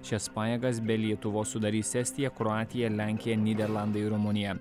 šias pajėgas be lietuvos sudarys estija kroatija lenkija nyderlandai rumunija